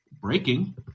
breaking